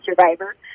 survivor